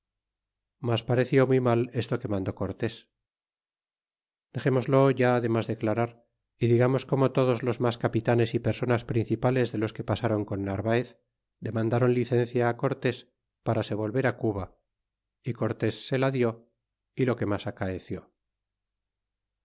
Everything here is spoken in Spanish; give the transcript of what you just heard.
mas pareció muy mal esto que mandó cortes dexemoslo ya de mas declarar y digamos como todos os mas capitanes y personas principales de los que pasaron con narvaez demandaron licencia cortés para se volver a cuba y cortés se la dió y lo que mas acaeció